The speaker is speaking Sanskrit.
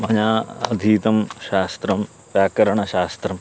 मया अधीतं शास्त्रं व्याकरणशास्त्रम्